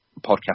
podcast